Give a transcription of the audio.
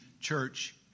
church